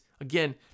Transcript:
again